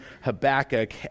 Habakkuk